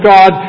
God